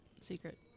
secret